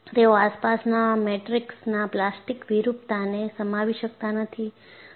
તેઓ આસપાસના મેટ્રિક્સના પ્લાસ્ટિક વિરૂપતાને સમાવી શકતા નથી